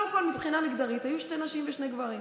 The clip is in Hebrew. קודם כול, מבחינה מגדרית היו שתי נשים ושני גברים.